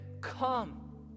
Come